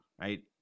right